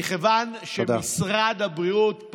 מכיוון שמשרד הבריאות,